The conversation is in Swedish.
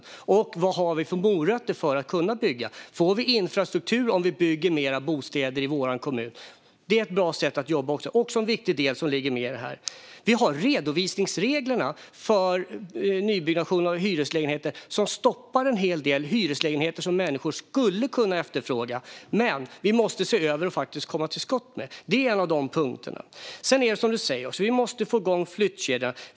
Man ser också vad det finns för morötter för att kommuner ska bygga. Får en kommun infrastruktur om den bygger mer bostäder? Det är också ett bra sätt att jobba och en viktig del som ligger med i detta. Vi har redovisningsreglerna för nybyggnation av hyreslägenheter, vilket stoppar en hel del hyreslägenheter som människor skulle kunna efterfråga. Vi måste se över och komma till skott med detta. Det är en av de punkterna. Sedan är det som du säger, Larry Söder: Vi måste få igång flyttkedjan.